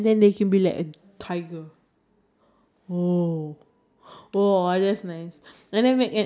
no I think is just after you shower you make it small again and then you just drink it so it's like oh K you recycle